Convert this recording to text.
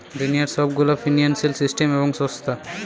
দুনিয়ার সব গুলা ফিন্সিয়াল সিস্টেম এবং সংস্থা